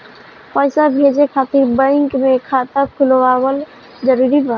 पईसा भेजे खातिर बैंक मे खाता खुलवाअल जरूरी बा?